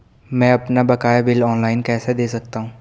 मैं अपना बकाया बिल ऑनलाइन कैसे दें सकता हूँ?